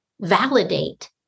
validate